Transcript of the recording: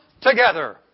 together